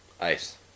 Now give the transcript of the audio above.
Ice